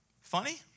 funny